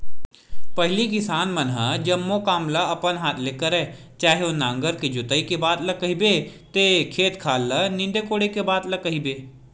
पहिली किसान मन ह जम्मो काम ल अपन हात ले करय चाहे ओ नांगर के जोतई के बात ल कहिबे ते खेत खार ल नींदे कोड़े बात ल कहिबे